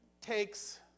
takes